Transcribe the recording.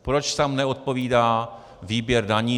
Proč tam neodpovídá výběr daní?